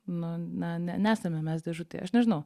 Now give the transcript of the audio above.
nu na ne nesame mes dėžutėje aš nežinau